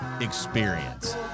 experience